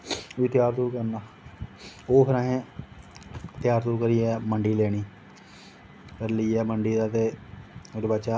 उसी त्यार करना ओह् फिर असें त्यार करियै मंडी लैनी लेइयै मंडी दा ते ओह्दे बाद च